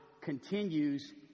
continues